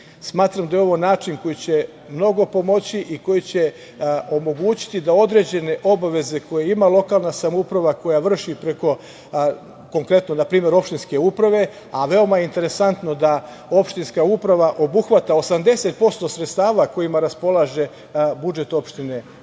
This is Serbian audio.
budžeta. Smatram da je ovo način koji će mnogo pomoći i koji će omogućiti da određene obaveze koje ima lokalna samouprava koja vrši preko, konkretno, na primer, opštinske uprave, a veoma je interesantno da opštinska uprava obuhvata 80% sredstava kojima raspolaže budžet opštine